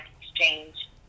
exchange